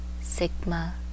sigma